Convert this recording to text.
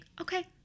okay